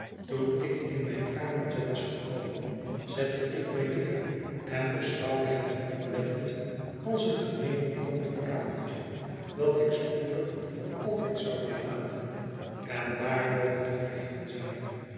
toen ik in mijn kamertje was gekomen zette ik mij neer en beschouwde het oplettend als een gerneen bekrompen kamertje dat ik spoedig voor altijd zou verlaten en daarboven verheven zijn